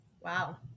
Wow